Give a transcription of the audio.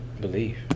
believe